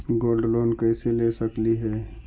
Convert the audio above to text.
Gold loan कैसे ले सकली हे?